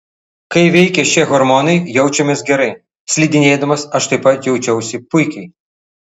kai veikia šie hormonai jaučiamės gerai slidinėdamas aš taip pat jaučiausi puikiai